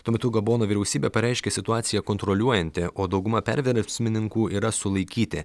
tuo metu gabono vyriausybė pareiškė situaciją kontroliuojanti o dauguma perversmininkų yra sulaikyti